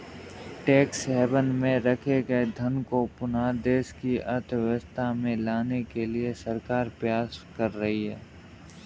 tax haven में रखे गए धन को पुनः देश की अर्थव्यवस्था में लाने के लिए सरकार प्रयास कर रही है